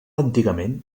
antigament